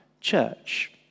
church